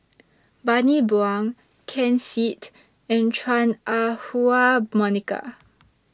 Bani Buang Ken Seet and Chua Ah Huwa Monica